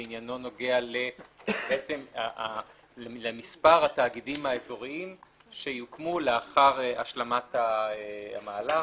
ועניינו נוגע למספר התאגידים האזוריים שיוקמו לאחר השלמת המהלך.